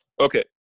Okay